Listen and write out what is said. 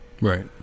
Right